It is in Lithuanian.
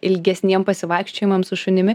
ilgesniem pasivaikščiojimam su šunimi